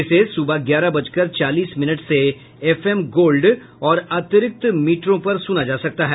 इसे सुबह ग्यारह बजकर चालीस मिनट से एफएम गोल्ड और अतिरिक्त मीटरों पर सुना जा सकता है